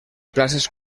places